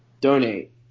donate